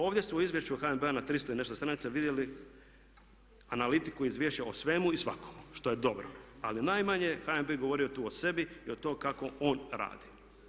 Ovdje ste u Izvješću HNB-a na 300 i nešto stranica vidjeli analitiku izvješća o svemu i svakomu što je dobro, ali najmanje je HNB govorio tu o sebi i o tome kako on radi.